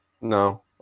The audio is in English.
No